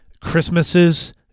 Christmases